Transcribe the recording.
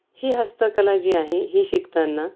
ही हस्तकला जी आहे ही शिकताना